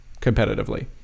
competitively